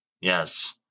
yes